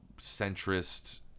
centrist